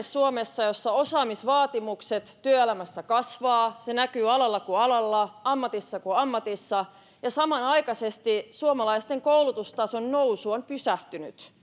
suomessa tilanne jossa osaamisvaatimukset työelämässä kasvavat se näkyy alalla kuin alalla ammatissa kuin ammatissa ja samanaikaisesti suomalaisten koulutustason nousu on pysähtynyt